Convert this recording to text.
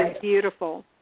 beautiful